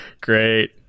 great